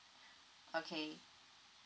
okay